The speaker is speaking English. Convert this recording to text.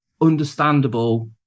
understandable